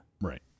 Right